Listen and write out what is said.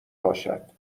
باشد